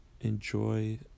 enjoy